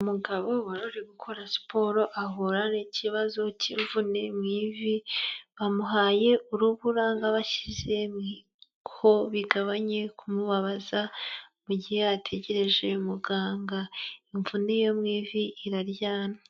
Umugabo waruri gukora siporo ahura n'ikibazo k'imvune mu ivi, bamuhaye urubura ngo abashyizeho bigabanye kumubabaza mu gihe ategereje muganga, imvune yo mu ivi iraryana.